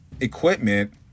Equipment